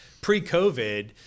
pre-COVID